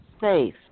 safe